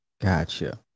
Gotcha